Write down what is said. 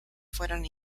fueron